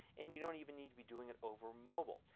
and you don't even need to be doing it over mobile.